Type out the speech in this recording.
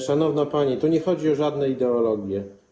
Szanowna pani, tu nie chodzi o żadne ideologie.